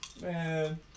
Man